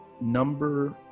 number